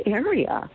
area